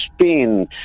Spain